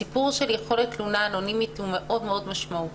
הסיפור של תלונה אנונימית הוא מאוד משמעותי.